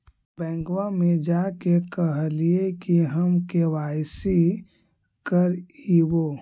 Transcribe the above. बैंकवा मे जा के कहलिऐ कि हम के.वाई.सी करईवो?